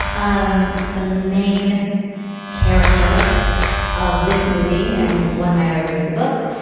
um the main character of this movie and one might argue of the book,